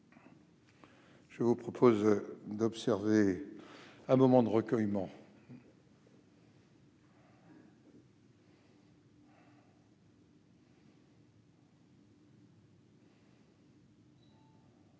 je vous propose d'observer un moment de recueillement.